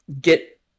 get